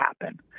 happen